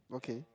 okay